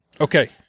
okay